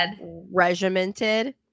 regimented